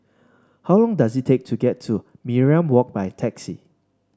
how long does it take to get to Mariam Walk by taxi